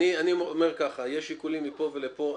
אני אומר כך: יש שיקולים לפה ולפה.